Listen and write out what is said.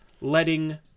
letting